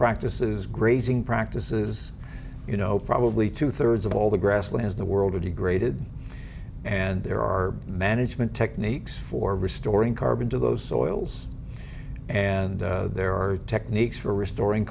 practices grazing practices you know probably two thirds of all the grasslands the world of degraded and there are management techniques for restoring carbon to those soils and there are techniques for restoring